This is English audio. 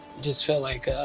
just felt like